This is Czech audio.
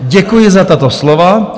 Děkuji za tato slova.